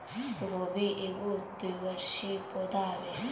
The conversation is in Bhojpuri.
गोभी एगो द्विवर्षी पौधा हवे